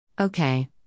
Okay